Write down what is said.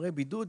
חומרי בידוד,